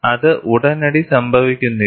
അത് ഉടനടി സംഭവിക്കുന്നില്ല